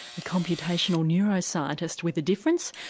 a computational neuroscientist with a difference.